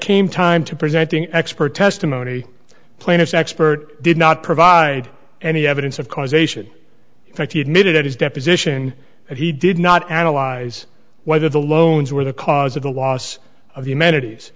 came time to presenting expert testimony plaintiff's expert did not provide any evidence of causation in fact he admitted at his deposition that he did not analyze whether the loans were the cause of the loss of the humanities